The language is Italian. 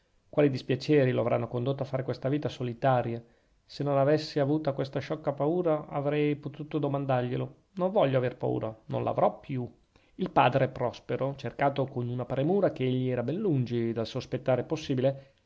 quali dispiaceri lo avranno condotto a fare questa vita solitaria se non avessi avuta questa sciocca paura avrei potuto domandarglielo non voglio aver paura non l'avrò più il padre prospero cercato con una premura che egli era ben lungi dal sospettare possibile